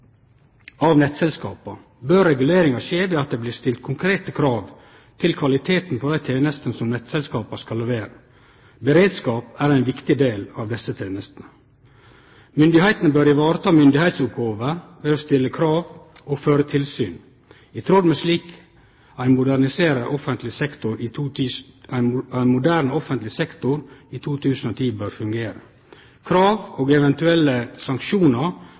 av nettselskapa bør reguleringa skje ved at det blir stilt konkrete krav til kvaliteten på dei tenestene som nettselskapa skal levere. Beredskap er ein viktig del av desse tenestene. Myndigheitene bør ta vare på myndigheitsoppgåver ved å stille krav og føre tilsyn, i tråd med slik ein moderne offentleg sektor i 2010 bør fungere. Krav og eventuelle sanksjonar